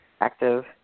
active